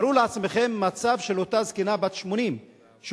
תארו לכם מצב של אותה זקנה בת 80 שהורסים